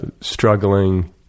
struggling